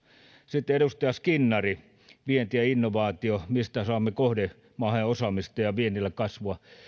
sitten edustaja skinnari vienti ja innovaatiot kysyi mistä saamme kohdemaahan osaamista ja ja viennille kasvua